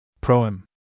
Proem